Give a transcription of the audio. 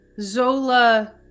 Zola